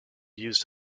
used